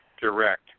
direct